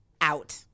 Out